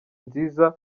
nziza